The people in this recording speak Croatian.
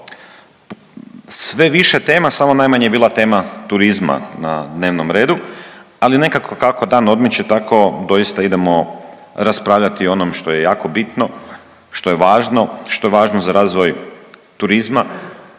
sve više tema samo najmanje je bila tema turizma na dnevnom redu. Ali nekako kako dan odmiče tako doista idemo raspravljati o onom što je jako bitno, što je važno, što je važno za razvoj turizma.